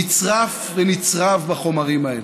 נצרף ונצרב בחומרים האלה,